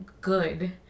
good